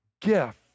gift